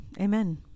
Amen